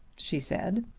she said.